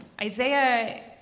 Isaiah